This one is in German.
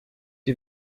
die